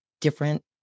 different